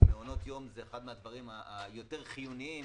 מעונות יום זה אחד מהדברים היותר חיוניים